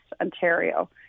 Ontario